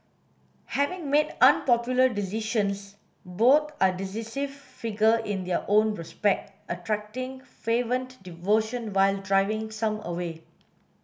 having made unpopular decisions both are divisive figure in their own respect attracting fervent devotion while driving some away